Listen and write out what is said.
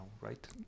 right